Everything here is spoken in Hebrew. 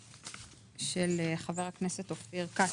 של חבר הכנסת אופיר כץ.